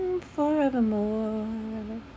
forevermore